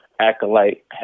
acolyte